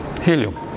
Helium